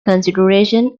considerations